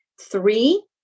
Three